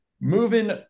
moving